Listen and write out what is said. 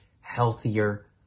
healthier